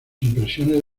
impresiones